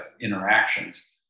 interactions